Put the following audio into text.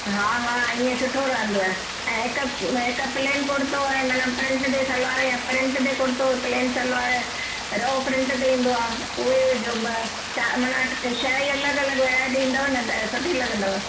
हा हा ईंअ सुठो रहंदव ऐं हिक हिक प्लेन कुर्तो ऐं मन प्रिंट ते सलवार या प्रिंट ते कुर्तो प्लेन सलवार रओ प्रिंट ते ईंदो आ उए ॿ मन चार शै जी अलग अलग वैराइटी ईंदव त सुठी लगंदव